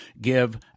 give